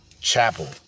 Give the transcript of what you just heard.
Chapel